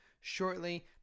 shortly